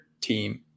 team